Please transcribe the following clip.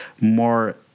more